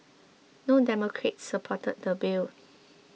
no Democrats supported the bill